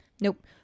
nope